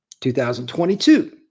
2022